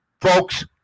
folks